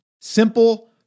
simple